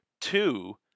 two